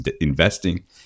Investing